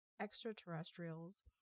extraterrestrials